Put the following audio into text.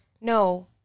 No